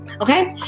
Okay